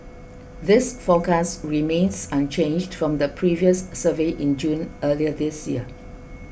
this forecast remains unchanged from the previous survey in June earlier this year